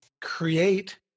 create